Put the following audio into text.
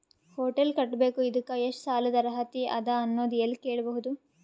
Hotel ಕಟ್ಟಬೇಕು ಇದಕ್ಕ ಎಷ್ಟ ಸಾಲಾದ ಅರ್ಹತಿ ಅದ ಅನ್ನೋದು ಎಲ್ಲಿ ಕೇಳಬಹುದು?